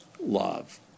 love